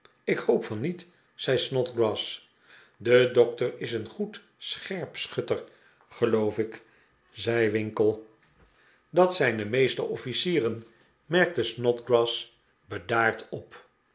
ik hoop van niet zei snodgrass de dokter is een goed scherpschutter geloof ik zei winkle dat zijn de meeste officieren merkte snodgrass bedaard op